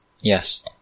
Yes